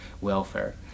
welfare